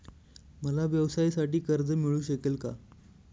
मला व्यवसायासाठी कर्ज मिळू शकेल का?